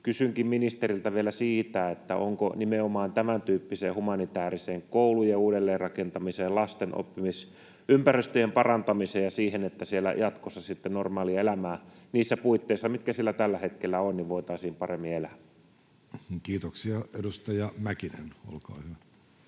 Kysynkin ministeriltä vielä siitä, onko tulossa jotain nimenomaan tämäntyyppiseen humanitääriseen, koulujen uudelleenrakentamiseen ja lasten oppimisympäristöjen parantamiseen ja siihen, että siellä jatkossa sitten normaalia elämää niissä puitteissa, mitkä siellä tällä hetkellä ovat, voitaisiin paremmin elää. Kiitoksia. — Edustaja Mäkinen, olkaa hyvä.